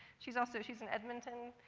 she's also she's in edmonton.